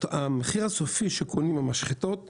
המחיר הסופי שקונות המשחטות מהמגדלים,